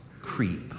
creep